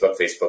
Facebook